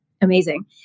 Amazing